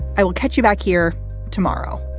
i will catch you back here tomorrow